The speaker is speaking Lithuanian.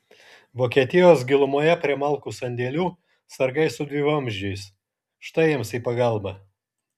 vokietijos gilumoje prie malkų sandėlių sargai su dvivamzdžiais štai jiems į pagalbą